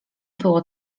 było